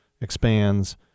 expands